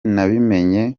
nabimenye